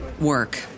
work